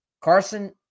Carson